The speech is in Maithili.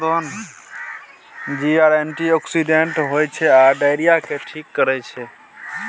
जीर एंटीआक्सिडेंट होइ छै आ डायरिया केँ ठीक करै छै